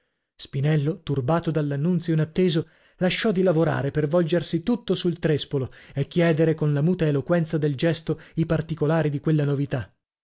spinello turbato dall'annunzio inatteso lasciò di lavorare per volgersi tutto sul trèspolo e chiedere con la muta eloquenza del gesto i particolari di quella novità